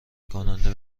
کننده